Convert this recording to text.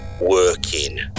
working